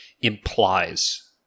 implies